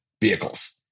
vehicles